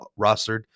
rostered